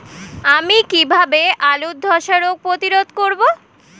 আমি কিভাবে আলুর ধ্বসা রোগ প্রতিরোধ করব?